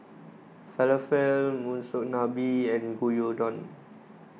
Falafel Monsunabe and Gyudon